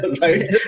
Right